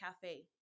cafe